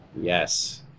Yes